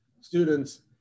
students